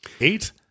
Eight